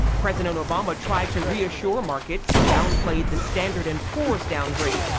president obama tried to reassure markets. he downplayed the standard and poor's downgrade,